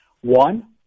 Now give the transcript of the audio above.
One